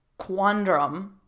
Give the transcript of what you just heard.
quandrum